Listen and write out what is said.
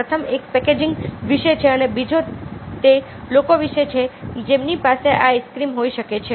પ્રથમ એક પેકેજિંગ વિશે છે અને બીજો તે લોકો વિશે છે જેમની પાસે આ આઈસ્ક્રીમ હોઈ શકે છે